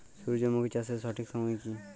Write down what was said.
সূর্যমুখী চাষের সঠিক সময় কি?